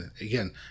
Again